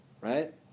Right